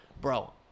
bro